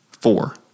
Four